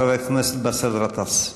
חבר הכנסת באסל גטאס.